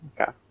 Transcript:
Okay